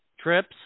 Trips